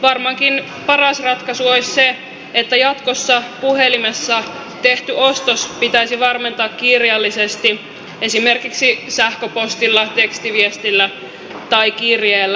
varmaankin paras ratkaisu olisi se että jatkossa puhelimessa tehty ostos pitäisi varmentaa kirjallisesti esimerkiksi sähköpostilla tekstiviestillä tai kirjeellä